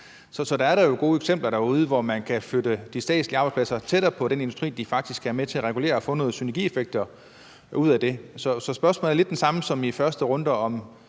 Så der er da gode eksempler derude, hvor man kan flytte de statslige arbejdspladser tættere på den industri, som de faktisk er med til at regulere, og få nogle synergieffekter ud af det. Så spørgsmålet er lidt det samme som i første runde,